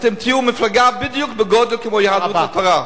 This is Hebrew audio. אתם תהיו מפלגה בדיוק בגודל כמו יהדות התורה.